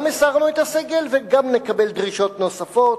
גם הסרנו את הסגר וגם נקבל דרישות נוספות.